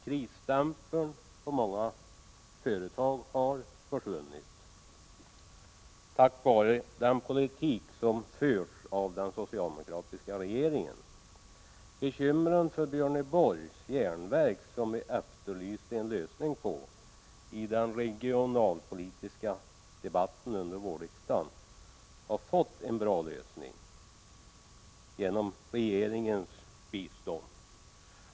Krisstämpeln på många företag har försvunnit, tack vare den politik som förts av den socialdemokratiska regeringen. Björneborgs järnverk har vi haft bekymmer för, och vi efterlyste i den regionalpolitiska debatten i våras en lösning av problemen där. Dessa problem har nu fått en bra lösning genom regeringens bistånd.